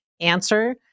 answer